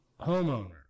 homeowner